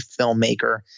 filmmaker